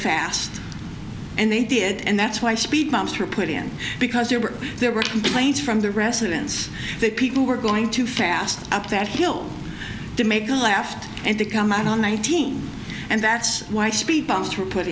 fast and they did and that's why speed bumps are put in because there were there were complaints from the residents that people were going too fast up that hill to make a left and they come out on nineteen and that's why speed bumps were put